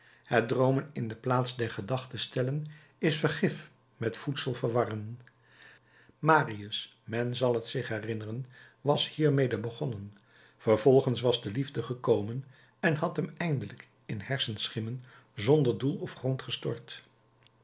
het droomen in de plaats der gedachte stellen is vergif met voedsel verwarren marius men zal t zich herinneren was hiermede begonnen vervolgens was de liefde gekomen en had hem eindelijk in hersenschimmen zonder doel of grond gestort